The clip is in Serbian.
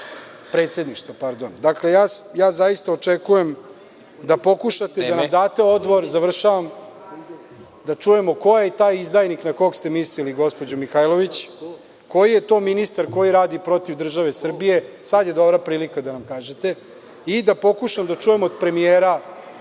Predsedništva. Dakle, zaista očekujem da pokušate da nam date odgovor, da čujemo ko je taj izdajnik na koga ste mislili gospođo Mihajlović, koji je to ministar koji radi protiv države Srbije, sad je dobra prilika da nam kažete? Da pokušam da čujem od premijera